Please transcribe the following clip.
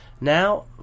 now